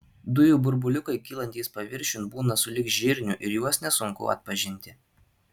dujų burbuliukai kylantys paviršiun būna sulig žirniu ir juos nesunku atpažinti